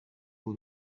uwo